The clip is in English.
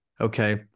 okay